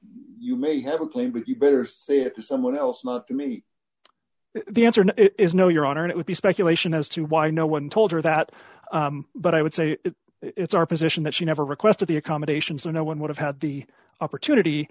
you may have a plea but you better say it to someone else not to me the answer is no your honor it would be speculation as to why no one told her that but i would say it's our position that she never requested the accommodations or no one would have had the opportunity